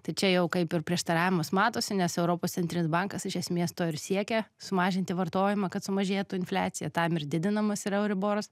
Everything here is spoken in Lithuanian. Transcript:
tai čia jau kaip ir prieštaravimas matosi nes europos centrin bankas iš esmės to ir siekia sumažinti vartojimą kad sumažėtų infliacija tam ir didinamas yra euriboras